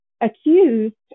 accused